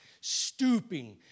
stooping